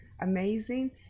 amazing